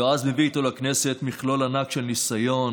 יועז מביא איתו לכנסת מכלול ענק של ניסיון,